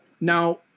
Now